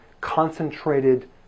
concentrated